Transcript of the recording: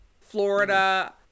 Florida